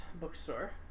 bookstore